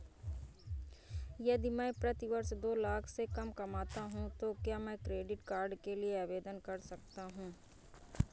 यदि मैं प्रति वर्ष दो लाख से कम कमाता हूँ तो क्या मैं क्रेडिट कार्ड के लिए आवेदन कर सकता हूँ?